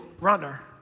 runner